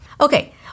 Okay